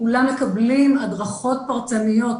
כולם מקבלים הדרכות פרטניות.